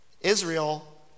Israel